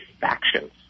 factions